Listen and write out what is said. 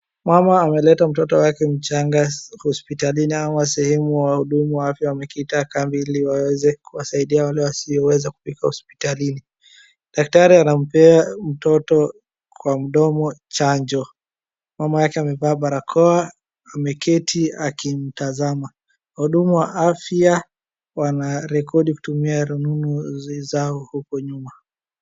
Mama ameleta mtoto wake mchanga hospitalini ama sehemu wahudumu wa afya wamekita kambi ili waweze kuwasaidia wale wasioweza kufika hospitalini. Daktari anampea mtoto kwa mdomo chanjo. Mama yake amevaa barakoa ameketi akimtazama. Wahudumu wa afya wanarekodi kutumia rununu zao uko nyuma.